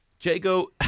Jago